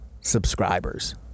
subscribers